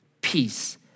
peace